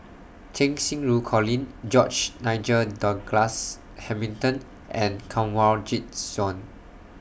Cheng Xinru Colin George Nigel Douglas Hamilton and Kanwaljit Soin